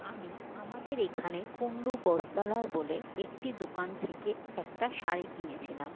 আমি আমাদের এখানে কুন্ডু বস্ত্রালয় বলে একটি দোকান থেকে একটা শাড়ি কিনেছিলাম